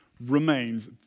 remains